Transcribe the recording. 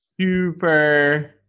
super